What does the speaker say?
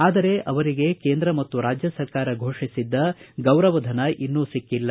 ಆದರೆ ಅವರಿಗೆ ಕೇಂದ್ರ ಮತ್ತು ರಾಜ್ವ ಸರ್ಕಾರ ಘೋಷಿಸಿದ್ದ ಗೌರವಧನ ಇನ್ನೂ ಸಿಕ್ಕಿಲ್ಲ